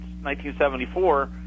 1974